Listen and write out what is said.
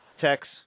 Tex